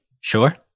Sure